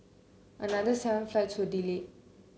another seven flights were delayed